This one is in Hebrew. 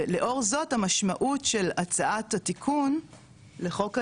ולאור זאת המשמעות של הצעת התיקון לחוק היסוד,